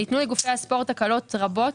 ניתנו לגופי הספורט הקלות רבות,